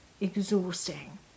exhausting